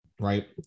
right